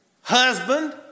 husband